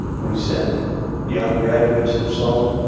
we sent young graduates of sloan